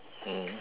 mm